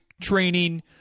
training